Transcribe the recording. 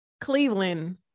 Cleveland